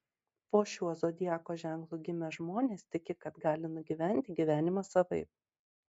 po šiuo zodiako ženklu gimę žmonės tiki kad gali nugyventi gyvenimą savaip